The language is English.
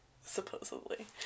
Supposedly